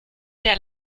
der